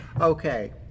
Okay